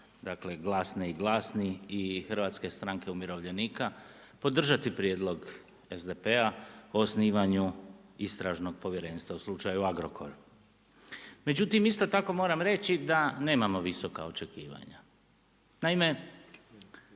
dakle, Glasni i glasniji i Hrvatske stranke umirovljenika podržati prijedlog SDP-a o osnivanju istražnog povjerenstva, u slučaju Agrokor. Međutim,, isto tako moram reći da nemamo visoka očekivanja. Naime,